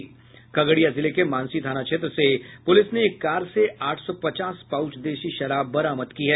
खगड़िया जिले के मानसी थाना क्षेत्र से पूलिस ने एक कार से आठ सौ पचास पाउच देशी शराब बरामद की है